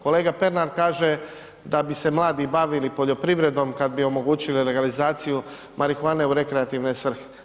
Kolega Pernar kaže da bi se mladi bavili poljoprivredom kad bi omogućili legalizaciju marihuane u rekreativne svrhe.